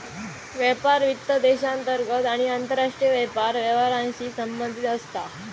व्यापार वित्त देशांतर्गत आणि आंतरराष्ट्रीय व्यापार व्यवहारांशी संबंधित असता